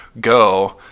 go